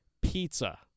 pizza